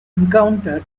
encounter